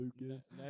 Lucas